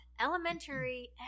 elementary